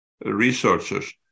researchers